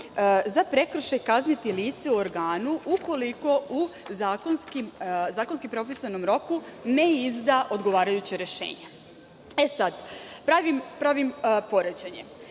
za prekršaj kazniti lice u organu ukoliko u zakonski propisanom roku ne izda odgovarajuće rešenje. Sad pravim poređenje.